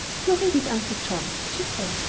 you read it, uncle john, she said.